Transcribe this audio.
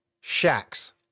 Shacks